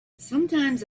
sometimes